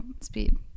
speed